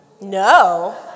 no